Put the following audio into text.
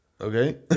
okay